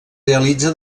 realitza